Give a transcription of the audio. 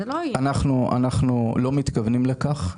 אנחנו לא מתכוונים לכך.